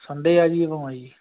Sunday ਆ ਜਾਈਏ ਭਮਾ ਜੀ